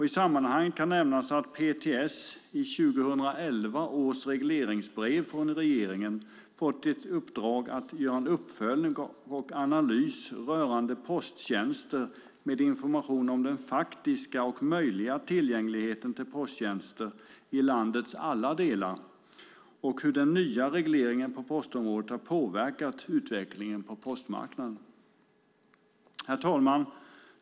I sammanhanget kan nämnas att PTS i 2011 års regleringsbrev från regeringen fått i uppdrag att göra en uppföljning och analys rörande posttjänster med information om den faktiska och möjliga tillgängligheten till posttjänster i landets alla delar och hur den nya regleringen på postområdet har påverkat utvecklingen på postmarknaden. Herr talman!